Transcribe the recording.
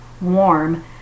Warm